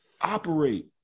operate